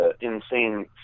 insane